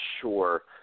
sure